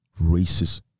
racist